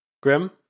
Grim